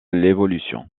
l’évolution